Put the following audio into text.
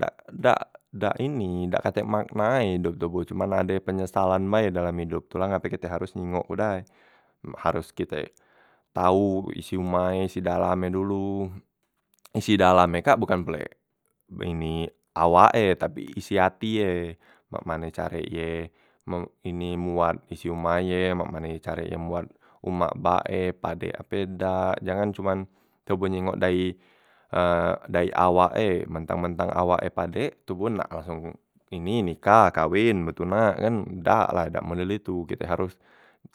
Dak dak dak ini dak katek makna e idop toboh tu cuman ade penyesalan bae dalam idop, tu la ngape kito haros nyingok ke dai haros kite tau isi umah e isi dalam e dulu, isi dalam e kak bukan pulek ini awak e tapi isi ati e mak mane carek ye me ini moat isi umah ye mak mane ye moat umak bak e padek ape dak, jangan cuman toboh nyingok dayi dayi awak e mentang- mentang awak e padek, toboh nak langsong ini nikah kawen betunak kan dak la dak model itu kite haros